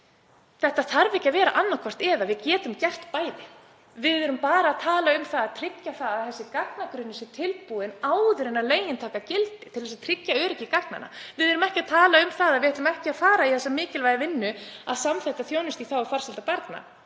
Þetta þarf ekki að vera annaðhvort eða, við getum gert hvort tveggja. Við erum bara að tala um að tryggja það að gagnagrunnurinn sé tilbúinn áður en lögin taka gildi til þess að tryggja öryggi gagnanna. Við erum ekki að tala um að við ætlum ekki að fara í þá mikilvægu vinnu að samþætta þjónustu í þágu farsældar barna.